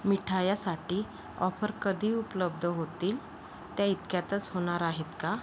मिठायासाठी offer कधी उपलब्ध होतील त्या इतक्यातच होणार आहेत का